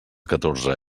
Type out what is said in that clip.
catorze